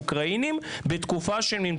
רשות האוכלוסין כדי לפתור את משבר הדרכונים הולכת